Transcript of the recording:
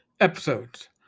episodes